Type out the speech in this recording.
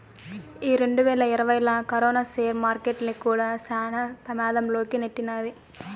ఈ రెండువేల ఇరవైలా కరోనా సేర్ మార్కెట్టుల్ని కూడా శాన పెమాధం లోకి నెట్టినాది